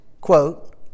quote